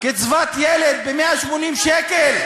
קצבת ילד של 180 שקל,